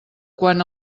quan